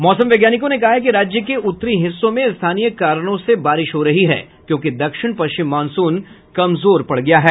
मौसम वैज्ञानिकों ने कहा है कि राज्य के उत्तरी हिस्सों में स्थानीय कारणों से बारिश हो रही है क्योंकि दक्षिण पश्चिम मॉनसून कमजोर पड़ गया है